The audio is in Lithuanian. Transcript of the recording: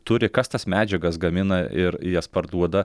turi kas tas medžiagas gamina ir jas parduoda